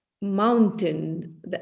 mountain